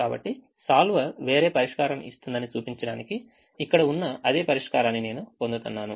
కాబట్టి solver వేరే పరిష్కారం ఇస్తుందని చూపించడానికి ఇక్కడ ఉన్న అదే పరిష్కారాన్ని నేను పొందుతున్నాను